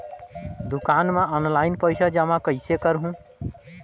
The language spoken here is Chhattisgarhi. दुकान म ऑनलाइन पइसा जमा कइसे करहु?